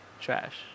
trash